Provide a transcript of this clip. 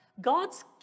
God's